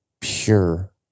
pure